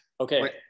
Okay